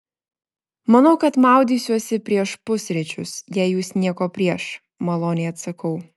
manau kad maudysiuosi prieš pusryčius jei jūs nieko prieš maloniai atsakau